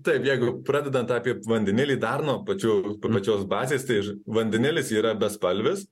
taip jeigu pradedant apie vandenilį dar nuo pačiu pačios bazės tai vandenilis yra bespalvės